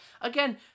again